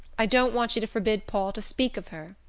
i don't want you to forbid paul to speak of her.